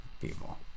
people